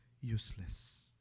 Useless